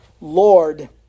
Lord